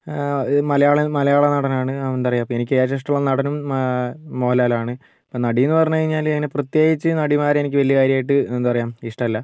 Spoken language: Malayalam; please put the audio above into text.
ഇത് മലയാളം മലയാള നടനാണ് എന്താ പറയുക എനിക്ക് ഏറ്റവും ഇഷ്ടം ഉളള നടനും മോഹൻലാലാണ് ഇപ്പം നടിയെന്നു പറഞ്ഞു കഴിഞ്ഞാൽ അങ്ങനെ പ്രത്യേകിച്ച് നടിമാരെ എനിക്ക് വലിയ കാര്യമായിട്ട് എന്താ പറയുക ഇഷ്ടമല്ല